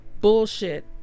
bullshit